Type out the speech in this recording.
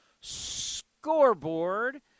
scoreboard